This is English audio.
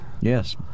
Yes